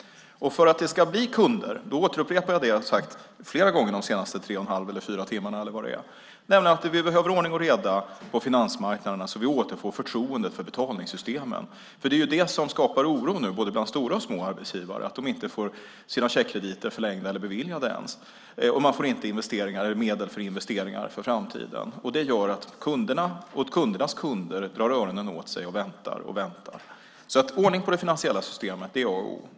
Och för att det ska bli kunder - jag återupprepar det jag har sagt flera gånger de senaste tre och en halv eller fyra timmarna eller vad det är - behöver vi ordning och reda på finansmarknaderna så att vi återfår förtroendet för betalningssystemen. Det är ju det som skapar oro nu bland både stora och små arbetsgivare att de inte får sina checkkrediter förlängda eller ens beviljade, och man får inte medel för investeringar för framtiden. Det gör att kunderna och kundernas kunder drar öronen åt sig och väntar och väntar. Ordning på det finansiella systemet är alltså A och O.